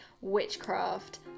witchcraft